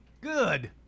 Good